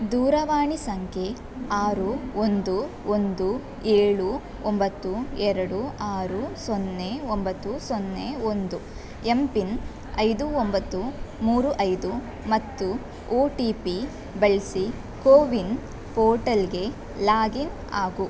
ದೂರವಾಣಿ ಸಂಖ್ಯೆ ಆರು ಒಂದು ಒಂದು ಏಳು ಒಂಬತ್ತು ಎರಡು ಆರು ಸೊನ್ನೆ ಒಂಬತ್ತು ಸೊನ್ನೆ ಒಂದು ಎಂ ಪಿನ್ ಐದು ಒಂಬತ್ತು ಮೂರು ಐದು ಮತ್ತು ಓ ಟಿ ಪಿ ಬಳಸಿ ಕೋವಿನ್ ಪೋರ್ಟಲ್ಗೆ ಲಾಗಿನ್ ಆಗು